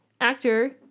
actor